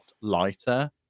lighter